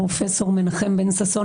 פרופ' מנחם בן ששון,